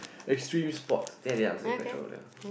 extreme sports think I did answer that question already ah